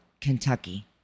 Kentucky